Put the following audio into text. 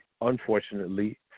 unfortunately